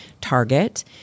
target